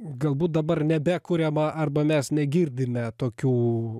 galbūt dabar nebekuriama arba mes negirdime tokių